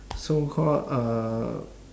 so called uh